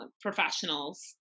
professionals